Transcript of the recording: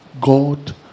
God